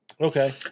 okay